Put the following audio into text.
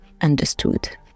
understood